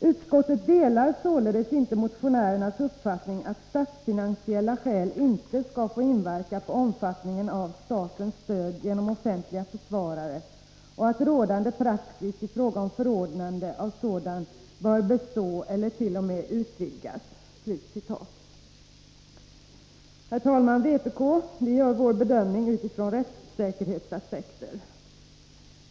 ”Utskottet delar således inte motionärernas uppfattning att statsfinansiella skäl inte skall få inverka på omfattningen av statens stöd genom offentlig försvarare och att rådande praxis i fråga om förordnande av sådan bör bestå eller t.o.m. utvidgas.” Vi i vpk gör vår bedömning utifrån rättssäkerhetsaspekter.